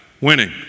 winning